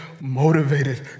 motivated